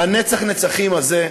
והנצח-נצחים הזה,